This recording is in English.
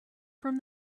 from